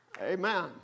Amen